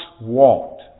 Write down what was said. walked